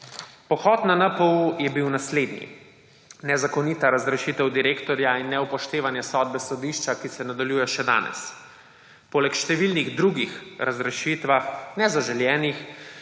Pohod na NPU je bil naslednji. Nezakonita razrešitev direktorja in neupoštevanja sodbe sodišča, ki se nadaljuje še danes. Poleg številnih drugih razrešitev nezaželenih